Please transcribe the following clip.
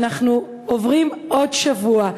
ואנחנו עוברים עוד שבוע,